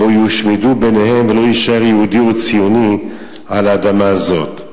שבו יושמדו בניהם ולא יישאר יהודי או ציוני על האדמה הזאת.